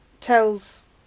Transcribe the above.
tells